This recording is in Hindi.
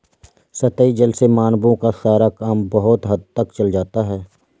सतही जल से मानवों का सारा काम बहुत हद तक चल जाता है